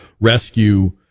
rescue